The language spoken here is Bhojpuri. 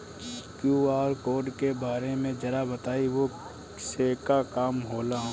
क्यू.आर कोड के बारे में जरा बताई वो से का काम होला?